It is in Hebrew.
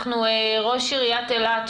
ראש עיריית אילת,